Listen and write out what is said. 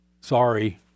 Sorry